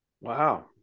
Wow